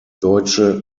deutsche